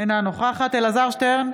אינה נוכחת אלעזר שטרן,